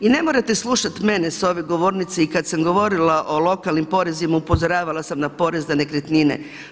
I ne morate slušati mene s ove govornice i kada sam govorila o lokalnim porezima, upozoravala sam na porez na nekretnine.